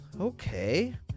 Okay